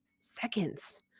seconds